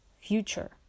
future